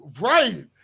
Right